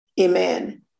Amen